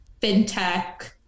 fintech